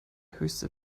höchste